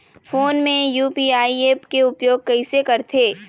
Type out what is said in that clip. Phone मे UPI app के उपयोग कइसे करथे?